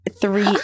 three